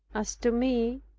as to me,